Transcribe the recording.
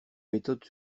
méthodes